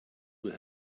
will